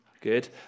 Good